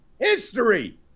history